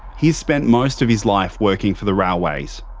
he's spent most of his life working for the railways.